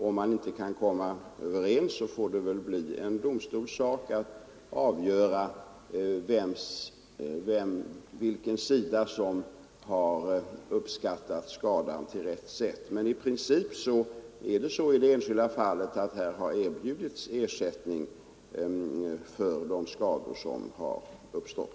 Om man inte kan komma överens får det i sista hand bli en domstolssak att avgöra vilken sida som har uppskattat skadan på rätt sätt. Men i princip har i enskilda fall erbjudits ersättning för skador som har uppstått.